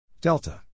delta